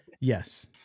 yes